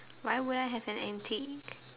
why would I have an antique